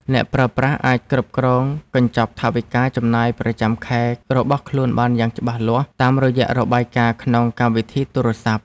អ្នកប្រើប្រាស់អាចគ្រប់គ្រងកញ្ចប់ថវិកាចំណាយប្រចាំខែរបស់ខ្លួនបានយ៉ាងច្បាស់លាស់តាមរយៈរបាយការណ៍ក្នុងកម្មវិធីទូរស័ព្ទ។